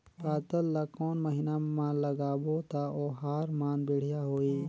पातल ला कोन महीना मा लगाबो ता ओहार मान बेडिया होही?